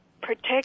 protect